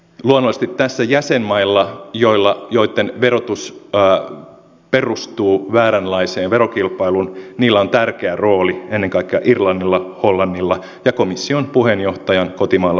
luonnollisesti tässä jäsenmailla joitten verotus perustuu vääränlaiseen verokilpailuun on tärkeä rooli ennen kaikkea irlannilla hollannilla ja komission puheenjohtajan kotimaalla luxemburgilla